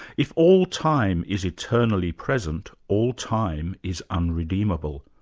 if all time is eternally present all time is unredeemable.